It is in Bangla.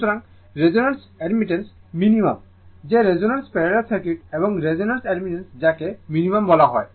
সুতরাং রেজোন্যান্সে অ্যাডমিটেন্স ন্যূনতম যে রেজোন্যান্স প্যারালাল সার্কিট এবং রেজোন্যান্স অ্যাডমিটেন্স যাকে ন্যূনতম বলা হয়